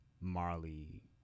Marley –